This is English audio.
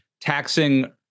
taxing